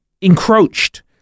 encroached